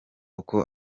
uko